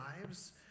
lives